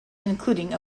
including